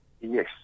Yes